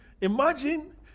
Imagine